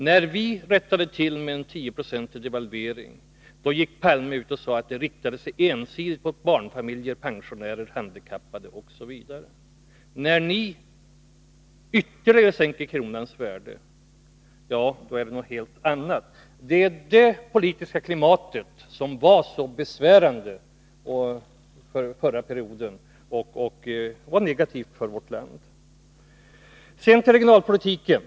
När vi rättade till med en 10-procentig devalvering, gick Olof Palme ut och sade att det riktade sig ensidigt mot barnfamiljer, pensionärer, handikappade osv. När ni ytterligare sänker kronans värde — ja, då är det något helt annat. Det var det politiska klimatet som under den förra perioden var så besvärligt och negativt för vårt land. Så till regionalpolitiken.